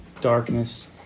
Darkness